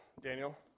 Daniel